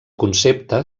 concepte